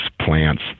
plants